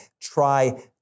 try